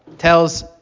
tells